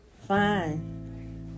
Fine